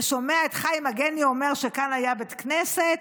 ושומע את חיים מגני אומר שכאן היה בית הכנסת,